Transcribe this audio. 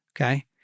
okay